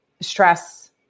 stress